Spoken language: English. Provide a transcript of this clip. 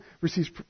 receives